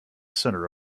center